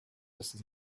was